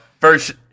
first